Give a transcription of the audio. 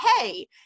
hey